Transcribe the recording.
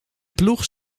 ploeg